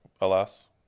alas